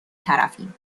طرفیم